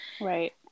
right